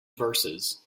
verses